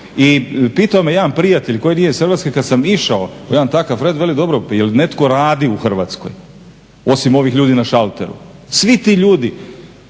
I pitao me jedan prijatelj koji nije iz Hrvatske kad sam išao u jedan takav red veli dobro pa jel' netko radi u Hrvatskoj osim ovih ljudi na šalteru? Svi ti ljudi,